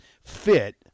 fit